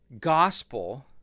gospel